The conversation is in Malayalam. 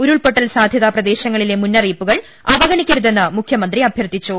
ഉരുൾപൊട്ടൽ സാധ്യതാ പ്രദേശങ്ങളിലെ മുന്നറിയിപ്പുകൾ അവ ഗണിക്കരുതെന്ന് മുഖ്യമന്ത്രി അഭ്യർത്ഥിച്ചു